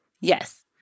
yes